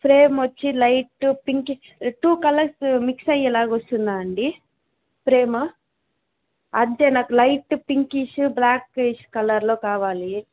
frame వచ్చి light pink two colours mix అయ్యేలా వస్తుందా అండీ ఫ్రేమ్ అంటే నాకు లైట్ పింకిష్ బ్లాక్కిష్ కలర్లో కావాలి